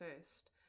first